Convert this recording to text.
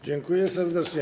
Dziękuję serdecznie.